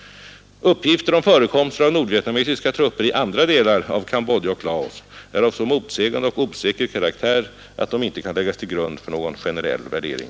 Uppgifter om förekomster av nordvietnamesiska trupper i andra delar av Cambodja och Laos är av så motsägande och osäker karaktär att de inte kan läggas till grund för någon generell värdering.